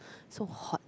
so hot